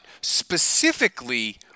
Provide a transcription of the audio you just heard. specifically